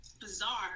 bizarre